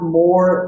more